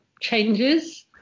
changes